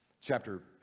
chapter